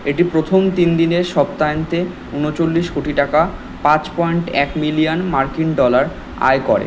এটি প্রথম তিন দিনের সপ্তাহান্তে ঊনচল্লিশ কোটি টাকা পাঁচ পয়েন্ট এক মিলিয়ন মার্কিন ডলার আয় করে